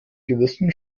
gewissen